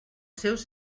seus